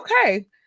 okay